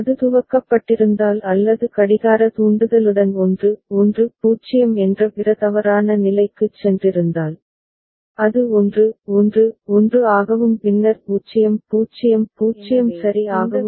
அது துவக்கப்பட்டிருந்தால் அல்லது கடிகார தூண்டுதலுடன் 1 1 0 என்ற பிற தவறான நிலைக்குச் சென்றிருந்தால் அது 1 1 1 ஆகவும் பின்னர் 0 0 0 சரி ஆகவும் இருந்திருக்கும்